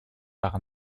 par